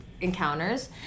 encounters